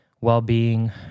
well-being